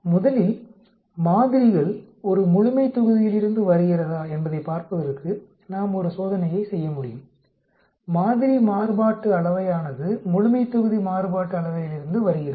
முதலில் மாதிரிகள் ஒரு முழுமைத்தொகுதியிலிருந்து வருகிறதா என்பதைப் பார்ப்பதற்கு நாம் ஒரு சோதனையை செய்ய முடியும் மாதிரி மாறுபாட்டு அளவையானது முழுமைத்தொகுதி மாறுபாட்டு அளவையிலிருந்து வருகிறது